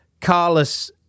Carlos